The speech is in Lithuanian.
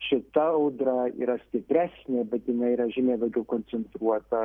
šita audra yra stipresnė bet jinai yra žymiai daugiau koncentruota